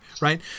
right